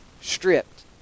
stripped